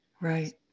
Right